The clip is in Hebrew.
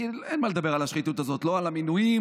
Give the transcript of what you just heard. כי אין מה לדבר על השחיתות הזאת, לא על המינויים,